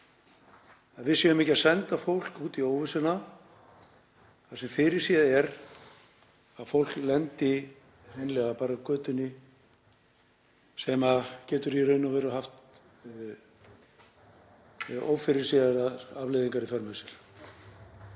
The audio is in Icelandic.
að við séum ekki að senda fólk út í óvissuna þar sem fyrirséð er að fólk lendi hreinlega á götunni sem getur í raun og veru haft ófyrirséðar afleiðingar í för með sér.